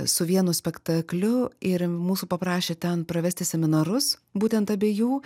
su vienu spektakliu ir mūsų paprašė ten pravesti seminarus būtent abiejų